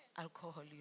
Alcohol